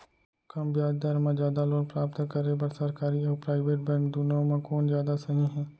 कम ब्याज दर मा जादा लोन प्राप्त करे बर, सरकारी अऊ प्राइवेट बैंक दुनो मा कोन जादा सही हे?